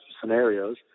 scenarios